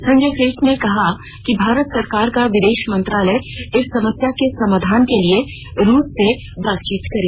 संजय सेठ ने कहा है कि भारत सरकार का विदेश मंत्रालय इस समस्या के समाधान के लिये रूस से बातचीत करे